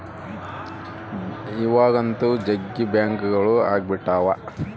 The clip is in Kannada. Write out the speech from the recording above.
ಇವಾಗಂತೂ ಜಗ್ಗಿ ಬ್ಯಾಂಕ್ಗಳು ಅಗ್ಬಿಟಾವ